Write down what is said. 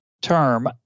term